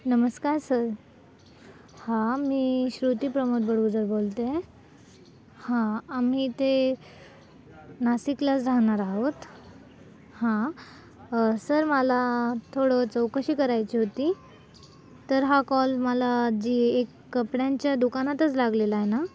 नमस्कार सर हां मी श्रुती प्रमोद बडगुजर बोलतेय हां आम्ही इथे नासिकलाच राहणार आहोत हां सर मला थोडं चौकशी करायची होती तर हा कॉल मला जी एक कपड्यांच्या दुकानातच लागलेलाय ना